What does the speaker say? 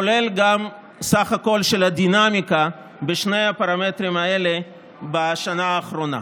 כולל סך הכול של הדינמיקה של שני הפרמטרים האלה בשנה האחרונה.